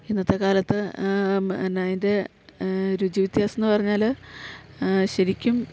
ഇന്നത്തെ കാലത്ത് പിന്നെ അതിൻ്റെ രുചി വ്യത്യാസം എന്ന് പറഞ്ഞാല് ശരിക്കും